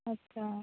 अच्छा